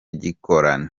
gikoloni